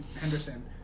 Henderson